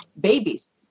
babies